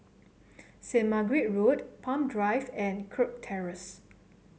Saint Margaret Road Palm Drive and Kirk Terrace